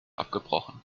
abgebrochen